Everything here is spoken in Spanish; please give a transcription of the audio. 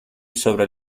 sobre